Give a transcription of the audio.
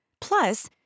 Plus